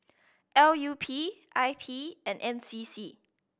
L U P I P and N C C